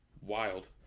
wild